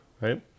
right